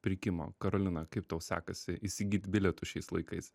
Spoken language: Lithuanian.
pirkimo karolina kaip tau sekasi įsigyt bilietus šiais laikais